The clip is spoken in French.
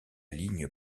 ligne